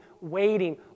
waiting